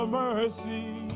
mercy